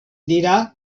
dirà